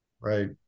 right